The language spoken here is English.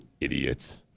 idiots